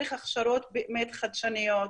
צריך הכשרות באמת חדשניות,